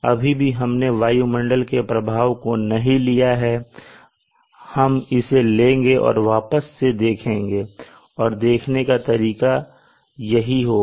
अभी भी हमने वायुमंडल के प्रभाव को नहीं लिया है हम इसे लेंगे और वापस इसे देखेंगे और देखने का तरीका यही होगा